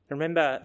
Remember